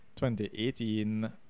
2018